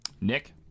Nick